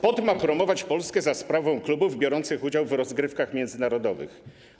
POT ma promować Polskę za sprawą klubów biorących udział w rozgrywkach międzynarodowych.